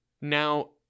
Now